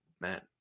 man